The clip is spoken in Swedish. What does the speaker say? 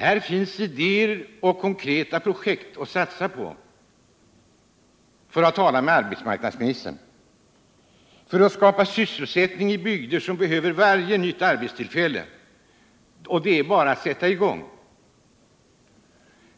Här finns ”idéer och konkreta projekt att satsa på”, som arbetsmarknadsministern sade, för att skapa sysselsättning i bygder som behöver varje nytt arbetstillfälle. Det är bara att sätta i gång.